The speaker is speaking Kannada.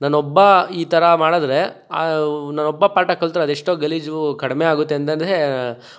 ನಾನೊಬ್ಬ ಈ ಥರ ಮಾಡಿದ್ರೆ ನಾನೊಬ್ಬ ಪಾಠ ಕಲಿತ್ರು ಅದೆಷ್ಟೊ ಗಲೀಜು ಕಡಿಮೆ ಆಗುತ್ತೆ ಅಂತಂದೆ